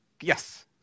Yes